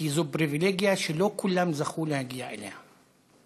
כי זו פריבילגיה שלא כולם זכו להגיע אליה.